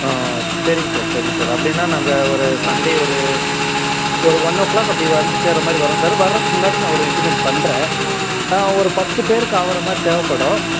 ஆ சரிங் சார் சரிங் சார் அப்படின்னா நாங்கள் ஒரு சண்டே ஒரு ஒரு ஒன் ஓ கிளாக் அப்படி வந்து சேர்ற மாதிரி வரோம் சார் வர்றதுக்கு முன்னாடி நான் ஒரு இன்டிமேட் பண்ணுறேன் ஆ ஒரு பத்து பேருக்கு ஆவற மாதிரி தேவைப்படும்